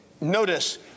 Notice